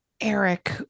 Eric